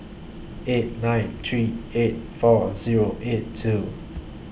eight nine eight three four Zero eight two